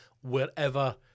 Wherever